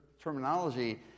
terminology